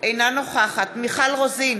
אינה נוכחת מיכל רוזין,